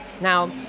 Now